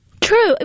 True